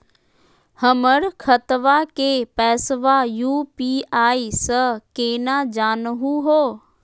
हमर खतवा के पैसवा यू.पी.आई स केना जानहु हो?